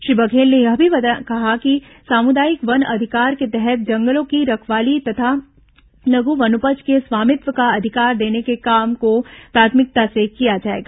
श्री बघेल ने यह भी कहा कि सामुदायिक वन अधिकार के तहत जंगलों की रखवाली तथा लघु वनोपज के स्वामित्व का अधिकार देने के काम को प्राथमिकता से किया जाएगा